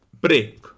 break